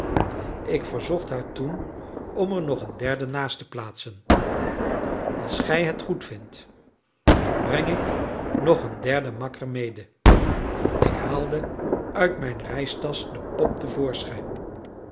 ik verzocht haar toen om er nog een derde naast te plaatsen als gij het goedvindt breng ik nog een derden makker mede ik haalde uit mijn reistasch de pop